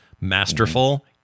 masterful